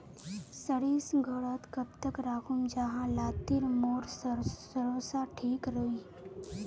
सरिस घोरोत कब तक राखुम जाहा लात्तिर मोर सरोसा ठिक रुई?